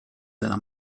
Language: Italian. della